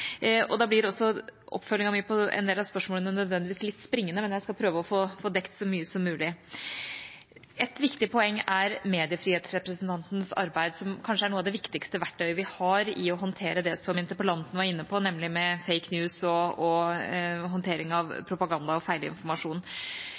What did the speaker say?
Da blir oppfølgingen min på en del av spørsmålene nødvendigvis litt springende, men jeg skal prøve å få dekt så mye som mulig. Et viktig poeng er Mediefrihetsrepresentantens arbeid, som kanskje er noe av det viktigste verktøyet vi har for å håndtere det som interpellanten var inne på om «fake news» og håndtering av propaganda og feilinformasjon. En ganske stor del av